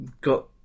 got